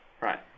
Right